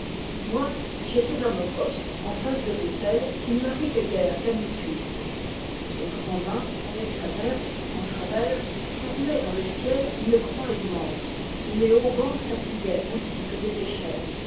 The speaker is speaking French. moi j'étais à mon poste en face de l'autel qui ne m'arrivait guère qu'à mi cuisses le grand mât avec sa vergue en travers formait dans le ciel une croix immense où les haubans s'appuyaient ainsi que des échelles